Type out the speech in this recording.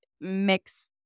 mix